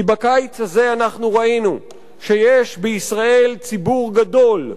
כי בקיץ הזה אנחנו ראינו שיש בישראל ציבור גדול,